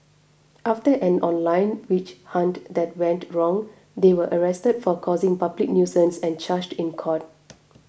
after an online witch hunt that went wrong they were arrested for causing public nuisance and charged in court